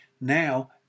now